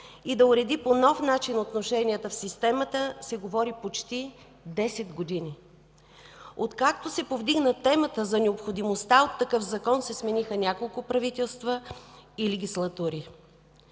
и да уреди по нов начин отношенията в системата, се говори почти 10 години. Откакто се повдигна темата за необходимостта от такъв закон, се смениха няколко правителства и легислатури.